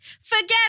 forget